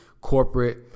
corporate